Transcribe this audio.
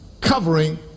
covering